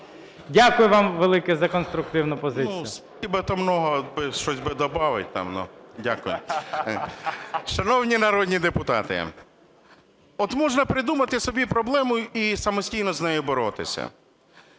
Дякую вам велике за конструктивну позицію.